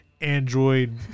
Android